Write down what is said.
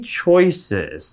choices